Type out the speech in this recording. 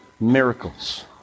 miracles